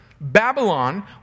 Babylon